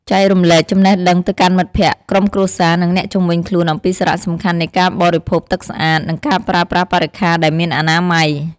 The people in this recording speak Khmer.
ចែករំលែកចំណេះដឹងទៅកាន់មិត្តភក្តិ ក្រុមគ្រួសារ និងអ្នកជុំវិញខ្លួនអំពីសារៈសំខាន់នៃការបរិភោគទឹកស្អាត និងការប្រើប្រាស់បរិក្ខាដែលមានអនាម័យ។